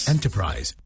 Enterprise